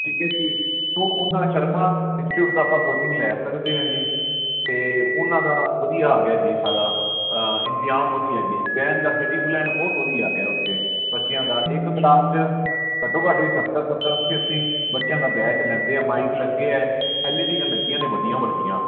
ਠੀਕ ਹੈ ਜੀ ਉਹ ਉਹਨਾਂ ਸ਼ਰਮਾ ਇੰਸਟੀਟਿਊਟ ਤੋਂ ਆਪਾਂ ਕੋਚਿੰਗ ਲੈ ਸਕਦੇ ਹਾਂ ਜੀ ਅਤੇ ਉਹਨਾਂ ਦਾ ਵਧੀਆ ਆ ਗਿਆ ਜੀ ਸਾਰਾ ਇੰਤਜ਼ਾਮ ਵਧੀਆ ਜੀ ਬਹਿਣ ਦਾ ਫਿਟਿੰਗ ਪਲੈਨ ਬਹੁਤ ਵਧੀਆ ਗਿਆ ਉੱਥੇ ਬੱਚਿਆਂ ਦਾ ਇੱਕ ਕਲਾਸ 'ਚ ਘੱਟੋ ਘੱਟ ਵੀ ਸੱਤਰ ਸੱਤਰ ਅੱਸੀ ਅੱਸੀ ਬੱਚਿਆਂ ਦਾ ਬੈਚ ਲੈਂਦੇ ਆ ਮਾਈਕ ਲੱਗੇ ਆ ਐਲ ਈ ਡੀਆਂ ਲੱਗੀਆਂ ਨੇ ਵੱਡੀਆਂ ਵੱਡੀਆਂ